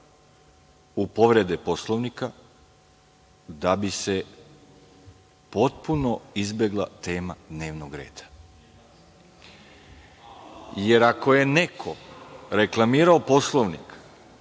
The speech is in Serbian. u povrede Poslovnika da bi se potpuno izbegla tema dnevnog reda. Ako je neko reklamirao Poslovnik,